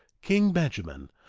king benjamin,